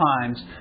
times